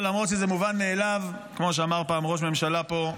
למרות שזה מובן מאליו, כמו שאמר פעם ראש ממשלה פה,